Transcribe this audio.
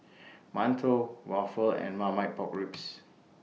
mantou Waffle and Marmite Pork Ribs